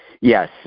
Yes